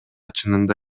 чынында